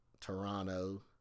Toronto